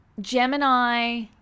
Gemini